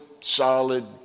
solid